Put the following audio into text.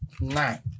nine